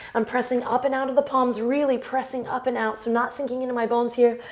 i'm pressing up and out of the palms. really pressing up and out. so not sinking into my bones here,